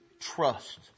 trust